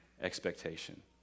expectation